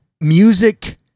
music